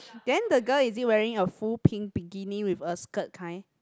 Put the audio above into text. then the girl is she wearing a full pink bikini with a skirt kind